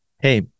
hey